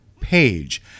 Page